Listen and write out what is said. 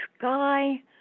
guy